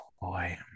boy